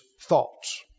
thoughts